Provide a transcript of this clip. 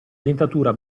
dentatura